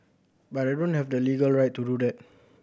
but I don't have the legal right to do that